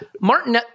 Martin